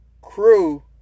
crew